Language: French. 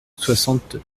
soixante